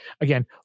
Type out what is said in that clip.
again